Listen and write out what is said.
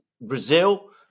Brazil